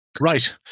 right